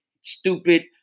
stupid